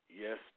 Yes